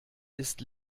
ist